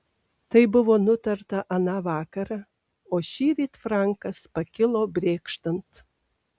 tai buvo nutarta aną vakarą o šįryt frankas pakilo brėkštant